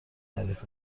تعریف